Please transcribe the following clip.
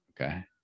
Okay